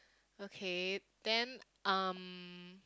okay then um